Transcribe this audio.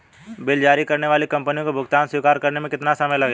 Bill जारी करने वाली कंपनी को भुगतान स्वीकार करने में कितना समय लगेगा?